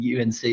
UNC